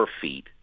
feet